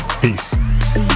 peace